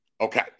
Okay